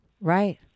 Right